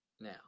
now